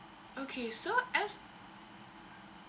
okay so as